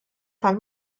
tal